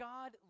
God